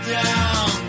down